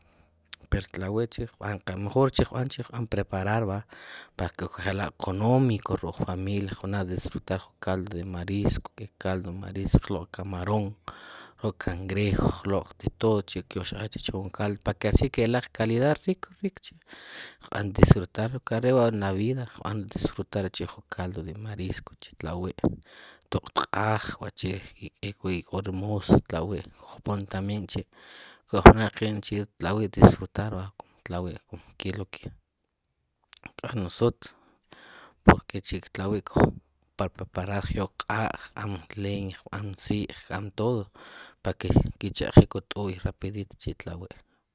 Pero tlawi' chi' qb'an qe mejor qb'anch' chi' qb'an preparar va, para que kujel económico juk' q familia kb'na' disfrutar ju caldo de marisco, ke caldo de marisco qloo'q camarón rk' cangrejo qlooq' de todo chi' lyoqxkaj chpoom wu caldo para que asi keloq calidad rico rico chi', qb'an disfrutar kare' wa' en la vida qb'an disfrutar chi' ju caldo de marisco chi' tla' wi' toq tq'aaj wachi' keek wi' wachi' ik'o ri mos talwi', kujopoon también chi', kujb'na' chi' tlawi' disfrutar, kum talw' kelo ke, a nosotros, porque chik qyok q'aaq ak'am leña, qk'am leña, qk'am todo, para que ki' chajik wu t'uy rapidito chi' tlawi'